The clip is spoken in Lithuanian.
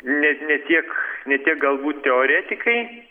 ne ne tiek ne tiek galbūt teoretikai